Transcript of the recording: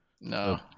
No